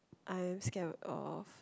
I am scared of